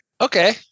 Okay